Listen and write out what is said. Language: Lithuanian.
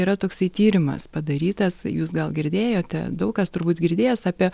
yra toksai tyrimas padarytas jūs gal girdėjote daug kas turbūt girdėjęs apie